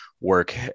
work